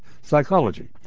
psychology